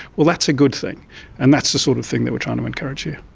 well that's a good thing and that's the sort of thing that we are trying to encourage here.